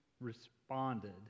responded